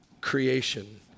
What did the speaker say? creation